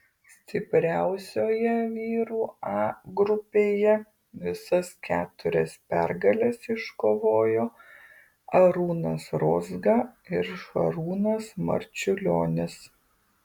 stipriausioje vyrų a grupėje visas keturias pergales iškovojo arūnas rozga ir šarūnas marčiulionis